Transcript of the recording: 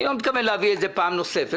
אני לא מתכוון להביא את זה פעם נוספת.